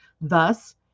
thus